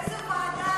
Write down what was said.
איזו ועדה?